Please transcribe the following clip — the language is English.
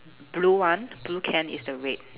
blue one blue can is the red